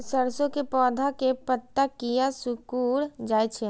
सरसों के पौधा के पत्ता किया सिकुड़ जाय छे?